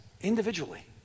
individually